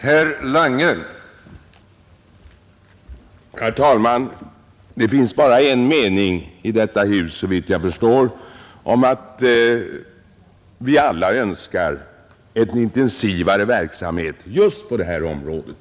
Herr talman! Såvitt jag förstår finns det i detta hus bara en mening i denna fråga; vi önskar alla en mera intensiv verksamhet på detta område.